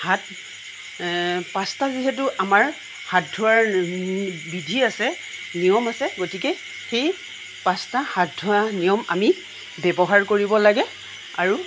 হাত পাঁচটা যিহেতু আমাৰ হাত ধোৱাৰ বিধি আছে নিয়ম আছে গতিকে সেই পাঁচটা হাত ধোৱা নিয়ম আমি ব্যৱহাৰ কৰিব লাগে আৰু